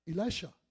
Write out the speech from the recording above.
Elisha